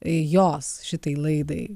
jos šitai laidai